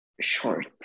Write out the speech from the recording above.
short